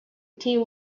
team